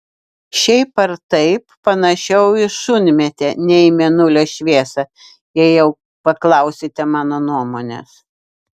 šiaip ar taip panašiau į šunmėtę nei į mėnulio šviesą jei jau paklausite mano nuomonės